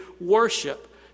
worship